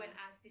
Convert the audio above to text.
ya